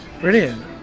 brilliant